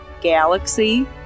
galaxy